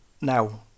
now